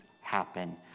happen